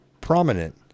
Prominent